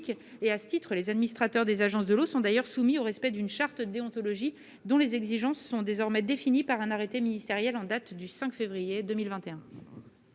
À ce titre, les administrateurs des agences de l'eau sont soumis au respect d'une charte de déontologie dont les exigences sont définies par un arrêté ministériel du 5 février 2021.